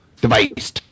device